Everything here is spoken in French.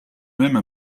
même